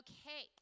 Okay